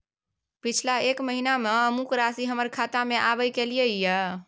पिछला एक महीना म अमुक राशि हमर खाता में आबय कैलियै इ?